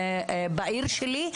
בעיר שלי,